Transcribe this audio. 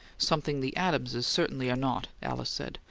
something the adamses certainly are not, alice said.